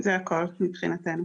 זה הכל מבחינתנו.